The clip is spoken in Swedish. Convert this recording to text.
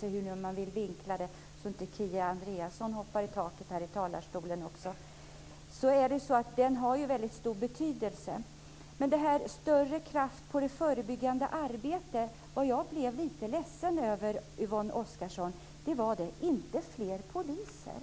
hur man nu vill vinkla det så att inte Kia Andreasson går i taket här i talarstolen, har ju väldigt stor betydelse. När det gäller detta med större kraft på det förebyggande arbetet blev jag lite ledsen över att Yvonne Oscarsson sade att vi inte ska ha fler poliser.